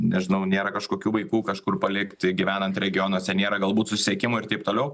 nežinau nėra kažkokių vaikų kažkur palikti gyvenant regionuose nėra galbūt susisiekimo ir taip toliau